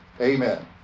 Amen